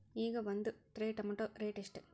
ಈಗ ಒಂದ್ tray tomato rate ಎಷ್ಟ?